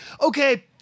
okay